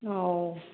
ओ